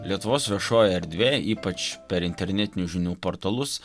lietuvos viešoji erdvė ypač per internetinius žinių portalus